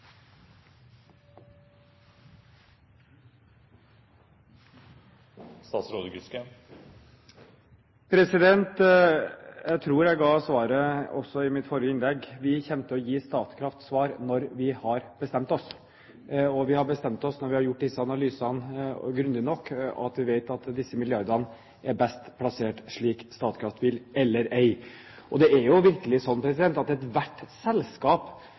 mitt forrige innlegg. Vi kommer til å gi Statkraft svar når vi har bestemt oss. Vi har bestemt oss når vi har gjort disse analysene grundig nok, og når vi vet om disse milliardene er best plassert slik Statkraft vil, eller ei. Det er jo virkelig slik at ethvert selskap